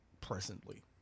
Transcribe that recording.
presently